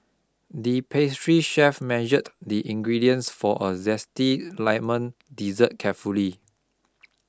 the pastry chef measured the ingredients for a zesty lemon dessert carefully